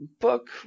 book